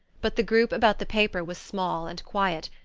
but the group about the paper was small and quiet.